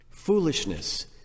Foolishness